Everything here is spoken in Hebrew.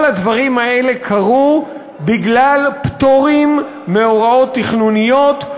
כל הדברים האלה קרו בגלל פטורים מהוראות תכנוניות,